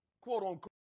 quote-unquote